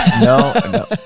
No